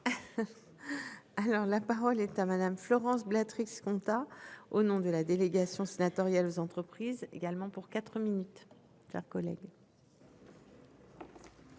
Alors la parole est à Madame, Florence. Compta au nom de la délégation sénatoriale aux entreprises également pour 4 minutes.